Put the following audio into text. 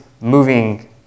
moving